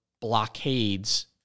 blockades